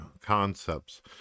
concepts